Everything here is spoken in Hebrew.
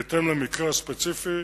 בהתאם למקרה הספציפי,